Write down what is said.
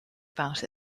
about